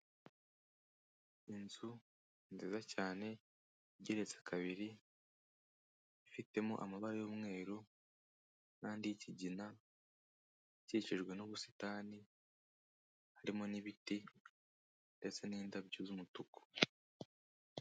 Ni inzu nziza cyane igeretse kabiri ifitemo amabara y'umweru n' ikigina ikikijwe n'ubusitani, harimo n'ibiti, ndetse n'indabyo z'umutuku.